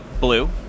blue